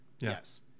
Yes